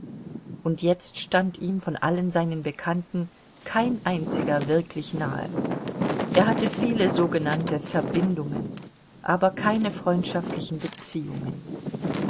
und jetzt stand ihm von allen seinen bekannten kein einziger wirklich nahe er hatte viele sogenannte verbindungen aber keine freundschaftlichen beziehungen